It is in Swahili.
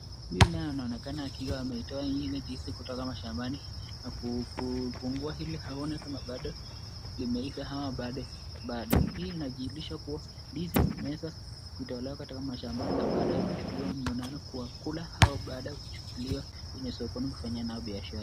Huyu naye anaonekana akiwa ametoa hizi ndizi kutoka mashambani na kufungua na baadae kuyachukua kuyakula hili wakuwe na afya njema au baada ya kuchukulia hili wafanya nayo biashara .